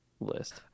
list